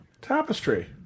Tapestry